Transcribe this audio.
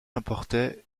importait